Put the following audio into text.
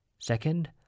Second